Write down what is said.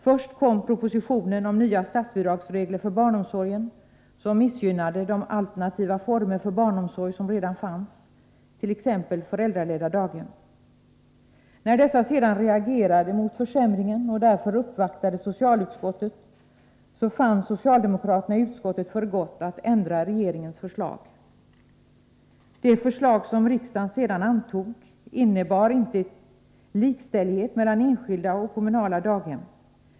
Först kom propositionen om nya statsbidragsregler för barnomsorgen, som missgynnade de alternativa former för barnomsorg som redan fanns, t.ex. föräldraledda daghem. När dessa sedan reagerade mot försämringen och därför uppvaktade socialutskottet fann socialdemokraterna i utskottet för gott att ändra regeringens förslag. Det förslag som riksdagen sedan antog innebar inte likställighet mellan enskilda och kommunala daghem.